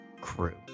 crew